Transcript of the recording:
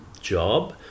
job